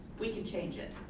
we can change it.